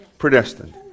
Predestined